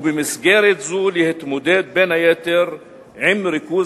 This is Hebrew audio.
ובמסגרת זו להתמודד בין היתר עם ריכוז